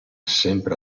sempre